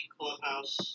clubhouse